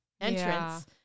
entrance